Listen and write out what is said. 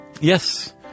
Yes